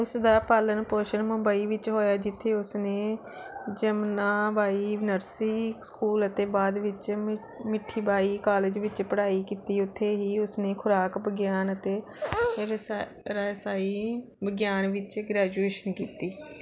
ਉਸ ਦਾ ਪਾਲਣ ਪੋਸ਼ਣ ਮੁੰਬਈ ਵਿੱਚ ਹੋਇਆ ਜਿੱਥੇ ਉਸ ਨੇ ਜਮਨਾਬਾਈ ਨਰਸੀ ਸਕੂਲ ਅਤੇ ਬਾਅਦ ਵਿੱਚ ਮੀਠੀਬਾਈ ਕਾਲਜ ਵਿੱਚ ਪੜ੍ਹਾਈ ਕੀਤੀ ਉੱਥੇ ਹੀ ਉਸ ਨੇ ਖੁਰਾਕ ਵਿਗਿਆਨ ਅਤੇ ਰਾਸਾ ਰਸਾਈ ਵਿਗਿਆਨ ਵਿੱਚ ਗ੍ਰੈਜੂਏਸ਼ਨ ਕੀਤੀ